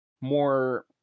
more